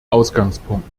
ausgangspunkt